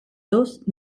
dos